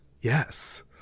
yes